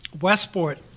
Westport